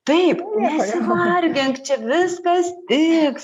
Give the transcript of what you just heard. taip nesivargink čia viskas tiks